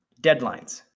deadlines